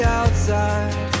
outside